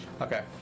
Okay